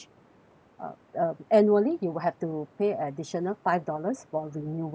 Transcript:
um uh annually you will have to pay additional five dollars for renewal